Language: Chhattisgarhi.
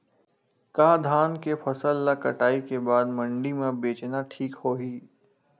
का धान के फसल ल कटाई के बाद मंडी म बेचना ठीक होही?